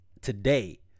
today